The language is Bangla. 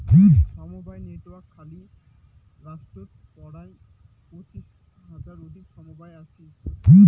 সমবায় নেটওয়ার্ক খালি মহারাষ্ট্রত পরায় পঁচিশ হাজার অধিক সমবায় আছি